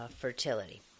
fertility